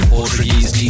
Portuguese